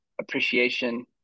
appreciation